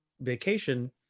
vacation